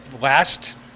last